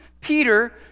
Peter